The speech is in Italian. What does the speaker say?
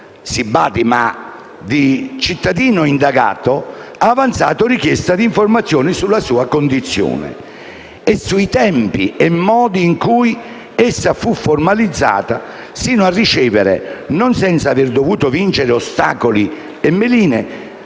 si badi - ma di cittadino indagato, ha avanzato richiesta di informazioni sulla sua condizione e sui tempi e modi in cui essa fu formalizzata, sino a ricevere, non senza aver dovuto vincere ostacoli e meline